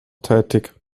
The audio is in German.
tätig